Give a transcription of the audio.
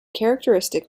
characteristic